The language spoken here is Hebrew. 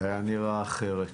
זה היה נראה אחרת.